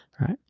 right